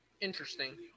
Interesting